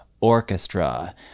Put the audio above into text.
orchestra